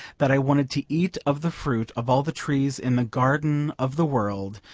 that i wanted to eat of the fruit of all the trees in the garden of the world,